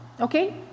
Okay